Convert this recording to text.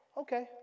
Okay